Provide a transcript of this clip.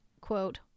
quote